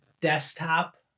desktop